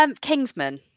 Kingsman